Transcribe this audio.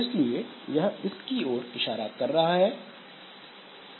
इसलिए यह इसकी ओर इशारा कर रहा है